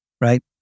right